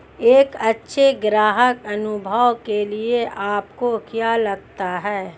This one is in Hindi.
एक अच्छे ग्राहक अनुभव के लिए आपको क्या लगता है?